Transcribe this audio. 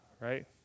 right